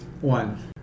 one